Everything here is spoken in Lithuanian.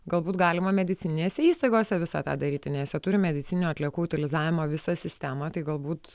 galbūt galima medicininėse įstaigose visą tą daryti nes jie turi medicininių atliekų utilizavimo visą sistemą tai galbūt